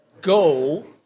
go